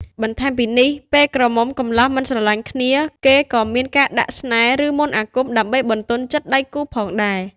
បន្ថែមពីនេះ ពេលក្រមុំកំលោះមិនស្រលាញ់គ្នា គេក៏មានការដាក់ស្នេហ៍ ឬមន្តអាគមដើម្បីបន្ទន់ចិត្តដៃគូផងដែរ។